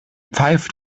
pfeift